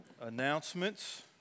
announcements